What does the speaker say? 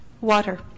water